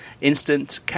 Instant